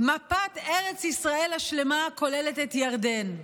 מפת ארץ ישראל השלמה הכוללת את ירדן.